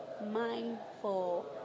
mindful